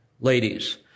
ladies